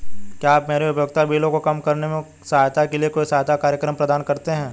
क्या आप मेरे उपयोगिता बिल को कम करने में सहायता के लिए कोई सहायता कार्यक्रम प्रदान करते हैं?